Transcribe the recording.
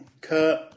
Kurt